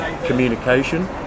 communication